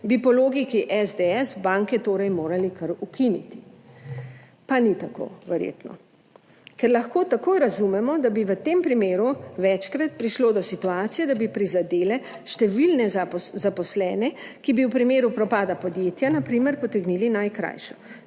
bi po logiki SDS banke torej morali kar ukiniti. Pa ni tako verjetno. Ker lahko tako razumemo, da bi v tem primeru večkrat prišlo do situacije, da bi prizadele številne zaposlene, ki bi v primeru propada podjetja na primer potegnili najkrajšo.